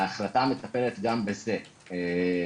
ההחלטה מטפלת גם בזה,